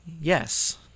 Yes